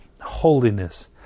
holiness